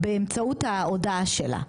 באמצעות ההודעה שלה,